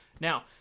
Now